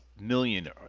million